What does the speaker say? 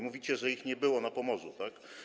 Mówicie, że ich nie było na Pomorzu, tak?